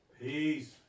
peace